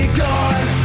gone